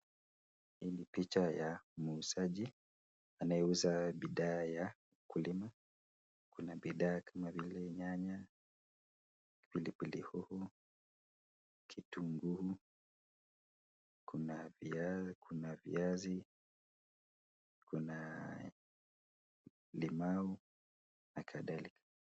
Hii ni picha ya muuzaji anayeuza bidhaa ya ukulima. Kuna bidhaa kama vile nyanya, pilipili hoho, kitunguu, kuna viazi, kuna limau na kadhalika.